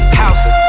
houses